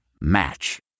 Match